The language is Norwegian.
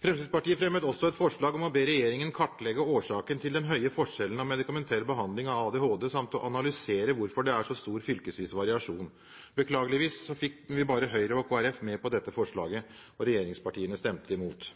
Fremskrittspartiet fremmet også et forslag om å be regjeringen kartlegge årsaken til den høye forskjellen av medikamentell behandling av ADHD samt å analysere hvorfor det er så stor fylkesvis variasjon. Beklageligvis fikk vi bare Høyre og Kristelig Folkeparti med på dette forslaget. Regjeringspartiene stemte imot.